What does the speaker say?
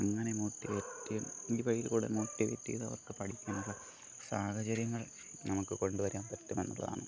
അങ്ങനെ മോട്ടിവേറ്റ് ഈ വഴിയിൽ കൂടെ മോട്ടിവേറ്റ് ചെയ്ത് അവർക്ക് പഠിക്കാനുള്ള സാഹചര്യങ്ങൾ നമുക്ക് കൊണ്ടുവരാൻ പറ്റും എന്നുള്ളതാണ്